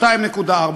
2.4,